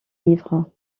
ivre